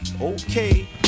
Okay